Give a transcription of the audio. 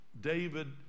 david